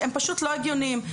שהם פשוט לא הגיוניים.